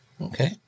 okay